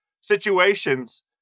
situations